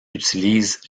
utilisent